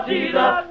Jesus